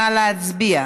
נא להצביע.